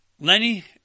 Lenny